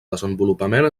desenvolupament